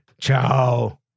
Ciao